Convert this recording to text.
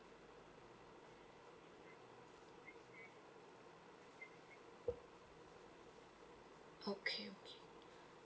okay okay